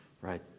right